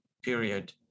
period